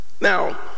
Now